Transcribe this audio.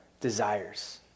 desires